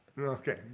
Okay